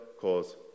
cause